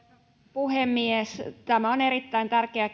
puhemies tämä on erittäin tärkeä